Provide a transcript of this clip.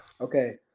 Okay